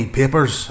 papers